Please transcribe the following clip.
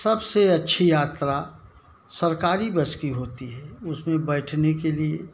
सबसे अच्छी यात्रा सरकारी बस की होती है उसमें बैठने के लिए